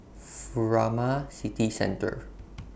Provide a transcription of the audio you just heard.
Furama City Centre